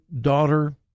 daughter